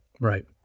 right